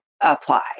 apply